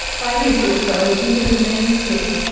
by his authority he remains here,